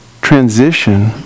transition